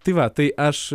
tai va tai aš